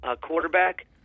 quarterback